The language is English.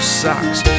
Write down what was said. socks